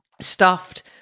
stuffed